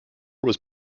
was